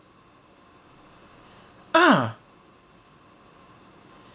ah